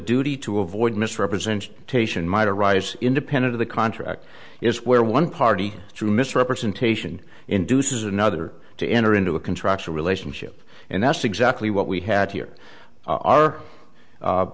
duty to avoid misrepresent taishan might arise independent of the contract is where one party through misrepresentation induces another to enter into a contractual relationship and that's exactly what we had here are